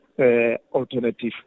alternative